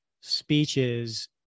speeches